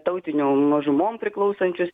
tautinių mažumom priklausančius